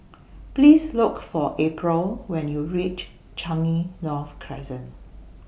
Please Look For April when YOU REACH Changi North Crescent